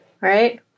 right